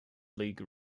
league